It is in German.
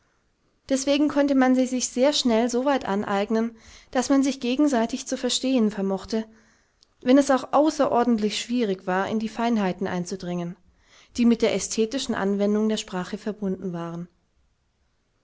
deswegen konnte man sie sich sehr schnell soweit aneignen daß man sich gegenseitig zu verstehen vermochte wenn es auch außerordentlich schwierig war in die feinheiten einzudringen die mit der ästhetischen anwendung der sprache verbunden waren